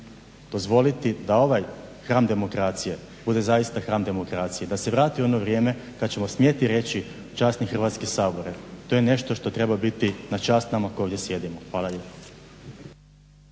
dozvoliti da ovaj hram demokracije bude zaista hram demokracije i da se vrati ono vrijeme kad ćemo smjeti reći časni Hrvatski sabor. To je nešto što treba biti na čast nama koji ovdje sjedimo. Hvala lijepo.